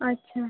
अच्छा